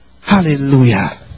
Hallelujah